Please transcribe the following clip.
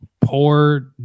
poor